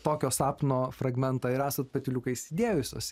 tokio sapno fragmentą ir esat patyliukais įdėjusios